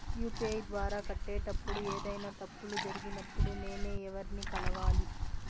UPI ద్వారా కట్టేటప్పుడు ఏదైనా తప్పులు జరిగినప్పుడు నేను ఎవర్ని కలవాలి?